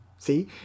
See